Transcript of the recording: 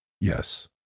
Yes